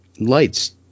lights